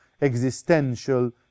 existential